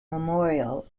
memorial